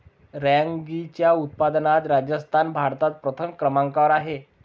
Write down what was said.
रॅगीच्या उत्पादनात राजस्थान भारतात प्रथम क्रमांकावर आहे